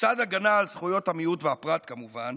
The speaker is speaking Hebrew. לצד הגנה על זכויות המיעוט והפרט, כמובן,